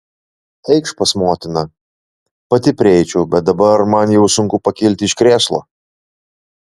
eikš pas motiną pati prieičiau bet dabar man jau sunku pakilti iš krėslo